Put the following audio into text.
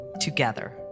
together